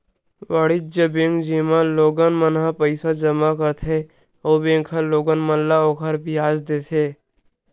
वाणिज्य बेंक, जेमा लोगन मन ह पईसा जमा करथे अउ बेंक ह लोगन मन ल ओखर बियाज देथे